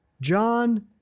John